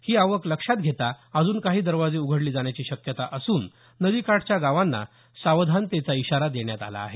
ही आवक लक्षात घेता अजून काही दरवाजे उघडले जाण्याची शक्यता असून नदीकाठच्या गावांना सावधानतेचा इशारा देण्यात आला आहे